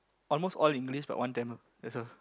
almost all English but one Tamil that's all